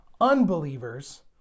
Unbelievers